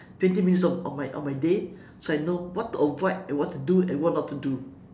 twenty minutes of my of my day so I know what to avoid and what to do and what not to do